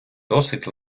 досить